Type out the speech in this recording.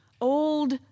old